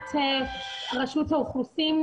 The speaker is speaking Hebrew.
מבחינת רשות האוכלוסין,